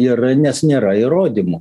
ir nes nėra įrodymų